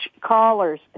callers